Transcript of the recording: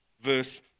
verse